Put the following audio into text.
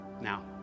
Now